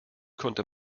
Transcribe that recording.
konnte